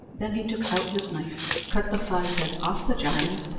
then he took out his knife, cut the five heads off the giant,